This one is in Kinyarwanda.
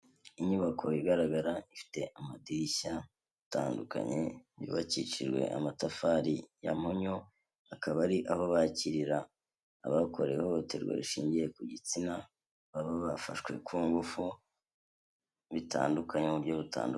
Inyubako igaragara ifite amadirishya atandukanye, yubakishijwe amatafari ya mpunyu akaba ari aho bakirira abakorewe ihohoterwa rishingiye ku gitsina, baba bafashwe ku ngufu bitandukanye mu buryo butandukanye.